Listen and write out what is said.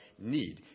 need